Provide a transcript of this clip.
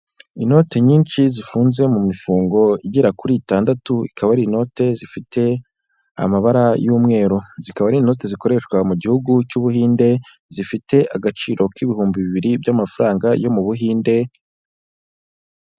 Inoti nyinshi zifunze mu mifungo igera kuri itandatu, ikaba ari inote zifite amabara y'umweru, zikaba ari inoti zikoreshwa mu gihugu cy'Ubuhinde, zifite agaciro k'ibihumbi bibiri by'amafaranga yo mu Buhinde.